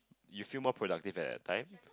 you feel more productive at that time